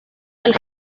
del